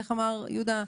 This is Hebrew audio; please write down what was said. איך אמר יהודה?